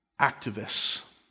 activists